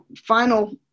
final